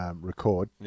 Record